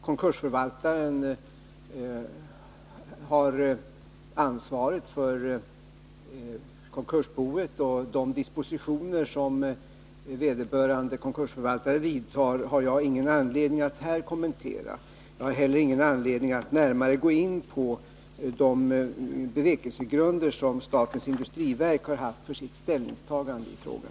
Konkursförvaltaren har ansvaret för konkursboet. De dispositioner som vederbörande konkursförvaltare vidtar har jag således ingen anledning att här kommentera. Jag har heller ingen anledning att närmare gå in på de bevekelsegrunder som statens industriverk har haft för sitt ställningstagande i frågan.